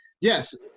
Yes